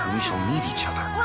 shall need each other